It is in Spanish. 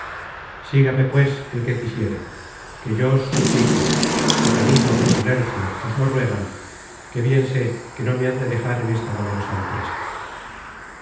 sígame pues el que quisiere que yo os suplico y carino y solercio os lo ruegan que bien sé que no me han de dejar en esta valerosa empresa